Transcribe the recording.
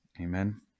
Amen